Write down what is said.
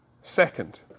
Second